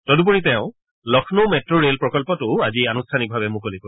তদুপৰি তেওঁ Lucknow metro rail প্ৰকল্পটোও আজি আনূষ্ঠানিকভাৱে মুকলি কৰিব